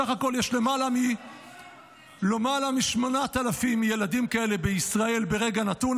סך הכול יש למעלה מ-8,000 ילדים כאלה בישראל ברגע נתון.